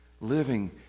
living